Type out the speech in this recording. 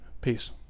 Peace